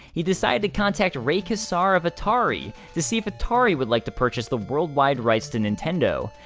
he decided to contact ray kassar of atari to see if atari would like to purchase the worldwide rights to nintendo.